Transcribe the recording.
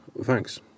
thanks